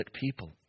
people